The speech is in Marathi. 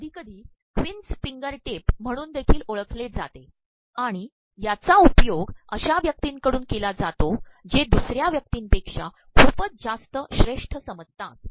हे कधीकधी क्वीन्स कफं गर िीप म्हणून देखील ओळखले जाते आणण याचा उपयोग अशा व्यक्तींकडून के ला जातो जे दसु र्या व्यक्तीपेक्षा खूपच जास्त्त श्रेष्ठ समजतात